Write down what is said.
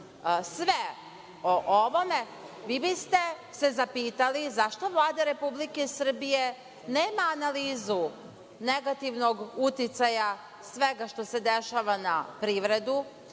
sve o ovome, vi biste se zapitali zašto Vlada Republike Srbije nema analizu negativnog uticaja svega što se dešava na privredu.